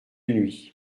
nuit